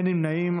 נמנעים.